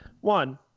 One